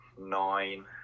nine